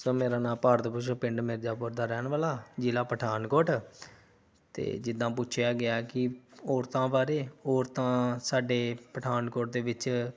sir ਮੇਰਾ ਨਾਮ ਭਾਰਤ ਭੂਸ਼ਣ ਪਿੰਡ ਮਿਰਜਾਪੁਰ ਦਾ ਰਹਿਣ ਵਾਲਾ ਜ਼ਿਲ੍ਹਾ ਪਠਾਨਕੋਟ ਅਤੇ ਜਿੱਦਾਂ ਪੁੱਛਿਆ ਗਿਆ ਕਿ ਔਰਤਾਂ ਬਾਰੇ ਔਰਤਾਂ ਸਾਡੇ ਪਠਾਨਕੋਟ ਦੇ ਵਿੱਚ